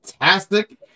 Fantastic